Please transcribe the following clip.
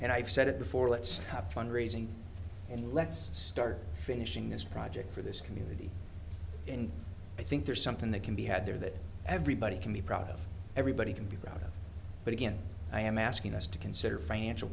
i've said it before let's fund raising and let's start finishing this project for this community and i think there's something that can be had there that everybody can be proud of everybody can be about but again i am asking us to consider financial